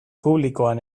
publikoan